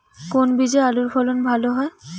কোন বীজে আলুর ফলন ভালো হয়?